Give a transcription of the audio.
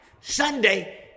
Sunday